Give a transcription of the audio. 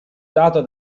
dato